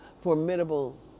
formidable